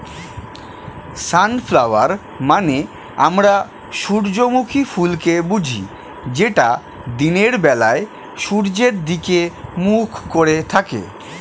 sunflower মানে আমরা সূর্যমুখী ফুলকে বুঝি যেটা দিনের বেলায় সূর্যের দিকে মুখ করে থাকে